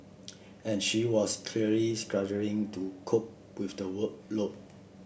and she was clearly struggling to cope with the workload